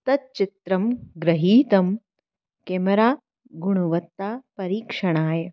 तच्चित्रं गृहीतं केमेरा गुणवत्ता परीक्षणाय